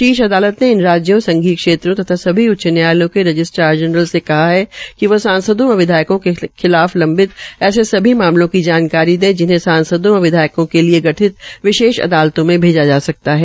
शीर्ष अदालत ने इन राज्यों संघीय क्षेत्रों तथा सभी उच्च न्यायालयों के रजिस्टार जरनल से कहा है कि वो सांसदों व विधायकों के खिलाफ लंबित ऐसे सभी मामलों की जानकारी दे जिनहे सांसदों व विधायकों के लिए गठित विशेष अदालतों में भेजा जा सकता है